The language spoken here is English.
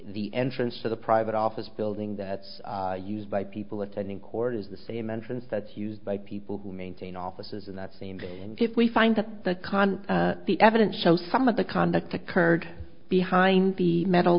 the entrance to the private office building that's used by people attending court is the same entrance that's used by people who maintain offices in that same vein and if we find at the con the evidence shows some of the conduct occurred behind the metal